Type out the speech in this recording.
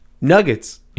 Nuggets